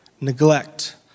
neglect